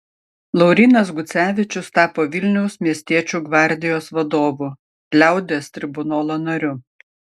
laurynas gucevičius tapo vilniaus miestiečių gvardijos vadovu liaudies tribunolo nariu